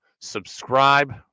subscribe